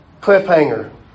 cliffhanger